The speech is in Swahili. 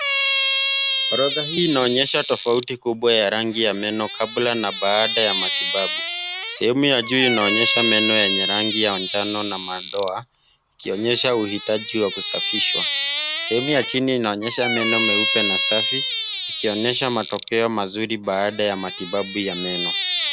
Orodha hii inaonyesha tofauti kubwa ya rangi ya meno kabla na baada ya matibabu. Sehemu ya juu inaonyesha meno yenye rangi ya njano na madoa, ikionyesha uhitaji wa kusafishwa. Sehemu ya chini inaonyesha meno meupe na safi ikionyesha matokeo mazuri baadae ya matibabu ya meno.